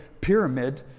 pyramid